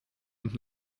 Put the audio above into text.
und